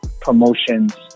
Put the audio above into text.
promotions